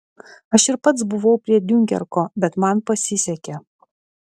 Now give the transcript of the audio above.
aš ir pats buvau prie diunkerko bet man pasisekė